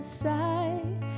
side